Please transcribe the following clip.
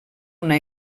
una